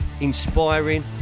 inspiring